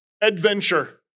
adventure